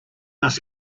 ask